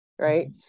right